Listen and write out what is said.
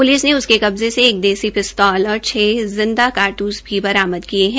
police ने उसके कब्जे से एक देसी पिस्तौल और छः जिंदा कारतूस भी बरामद किए हैं